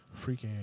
Freaking